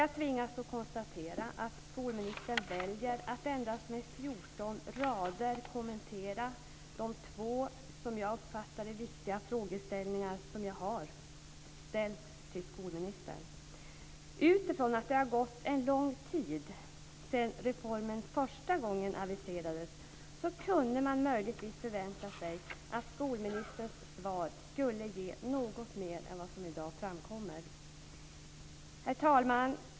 Jag tvingas då konstatera att skolministern väljer att med endast 14 rader kommentera de två - som jag uppfattar det - viktiga frågor som jag har ställt till skolministern. Eftersom det har gått lång tid sedan reformen första gången aviserades kunde man möjligtvis vänta sig att skolministerns svar skulle ge något mer än vad det gör. Herr talman!